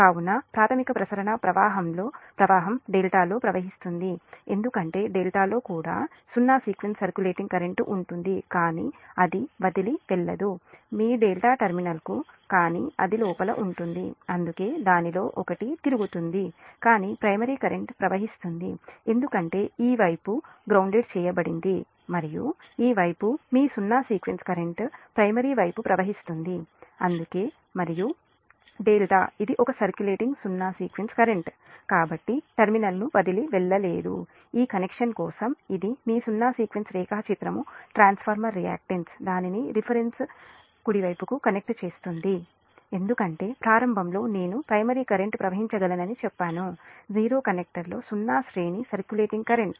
కాబట్టి ప్రాధమిక ప్రసరణ ప్రవాహం డెల్టాలో ప్రవహిస్తుంది ఎందుకంటే డెల్టాలో కూడా సున్నా సీక్వెన్స్ సర్క్యులేటింగ్ కరెంట్ ఉంటుంది కానీ అది వదిలి వెళ్ళదు మీ ∆ టెర్మినల్కు కానీ అది లోపల ఉంటుంది అందుకే దానిలో ఒకటి తిరుగుతుంది కాని ప్రైమరీ కరెంట్ ప్రవహిస్తుంది ఎందుకంటే ఈ వైపు గ్రౌన్దేడ్ చేయబడింది మరియు ఈ వైపు మీ సున్నా సీక్వెన్స్ కరెంట్ ప్రైమరీ వైపు ప్రవహిస్తుంది అందుకే మరియు ∆ ఇది ఒక సర్క్యులేటింగ్ సున్నా సీక్వెన్స్ కరెంట్ కాబట్టి టెర్మినల్ను వదిలి వెళ్ళలేము ఈ కనెక్షన్ కోసం ఇది మీ సున్నా సీక్వెన్స్ రేఖాచిత్రం ట్రాన్స్ఫార్మర్ రియాక్టెన్స్ దానిని రిఫరెన్స్ కుడివైపుకి కనెక్ట్ చేస్తుంది ఎందుకంటే ప్రారంభంలో నేను ప్రైమరీ కరెంట్ ప్రవహించగలనని చెప్పాను zero కనెక్టర్లో సున్నా శ్రేణి సర్క్యులేటింగ్ కరెంట్